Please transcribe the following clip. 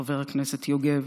חבר הכנסת יוגב,